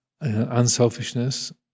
unselfishness